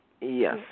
Yes